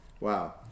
wow